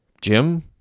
Jim